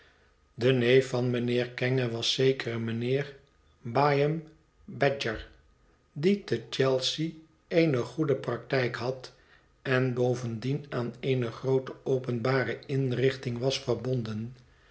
de neef van mijnheer kenge was zekere mijnheer bay ham badger die te c hel sea eene goede praktijk had en bovendien aan eene groote openbare inrichting was verbonden